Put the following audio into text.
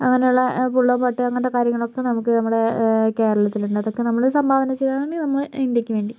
അങ്ങനെയുള്ള പുള്ളുവൻ പാട്ട് അങ്ങനത്തെ കാര്യങ്ങളൊക്കെ നമുക്ക് നമ്മുടെ കേരളത്തിലുണ്ട് അതൊക്കെ നമ്മൾ സംഭാവന ചെയ്തതാണ് നമ്മുടെ ഇന്ത്യയ്ക്കുവേണ്ടി